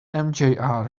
mjr